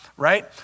right